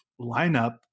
lineup